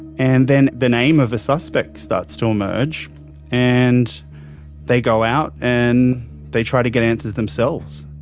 and then the name of a suspect starts to emerge and they go out and they try to get answers themselves.